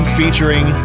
featuring